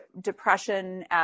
depression